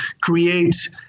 create